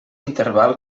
interval